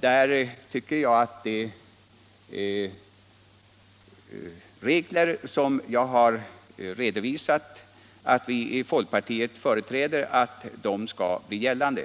Där anser jag att de regler, som folkpartiet företräder och som jag redovisat, bör bli gällande.